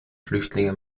flüchtlinge